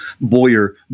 Boyer